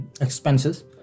expenses